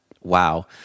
Wow